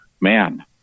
man